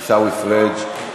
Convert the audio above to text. עיסאווי פריג',